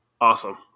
awesome